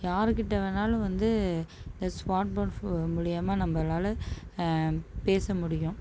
யார்கிட்ட வேணாலும் வந்து இந்த ஸ்மார்ட் ஃபோன் ஃபோ மூலியமாக நம்பளால் பேச முடியும்